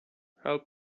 help